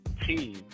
team